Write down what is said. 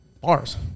bars